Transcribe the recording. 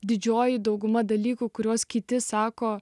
didžioji dauguma dalykų kuriuos kiti sako